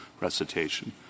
recitation